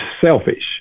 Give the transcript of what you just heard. selfish